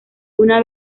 una